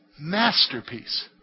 masterpiece